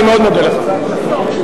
אני מאוד מודה לך על התזכורת,